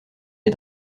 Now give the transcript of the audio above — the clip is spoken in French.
les